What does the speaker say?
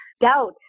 doubt